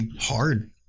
hard